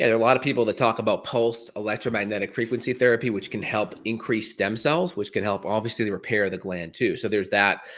a lot of people that talk about pulse electromagnetic frequency therapy which can help increase stem cells which can help obviously repair the gland too. so there's that